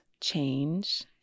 change